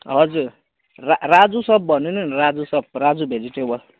हजुर रा राजु सप भनिदिनु नि राजु सप राजु भेजिटेबल